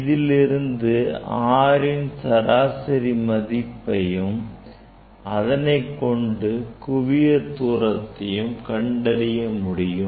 இவற்றிலிருந்து Rன் சராசரி மதிப்பையும் அதனைக் கொண்டு குவியத்தூரத்தையும் கண்டறிய முடியும்